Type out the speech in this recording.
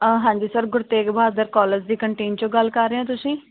ਹਾਂਜੀ sir Guru Tegh Bahadur college ਦੀ canteen 'ਚੋਂ ਗੱਲ ਕਰ ਰਹੇ ਹੋ ਤੁਸੀਂ